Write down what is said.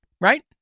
Right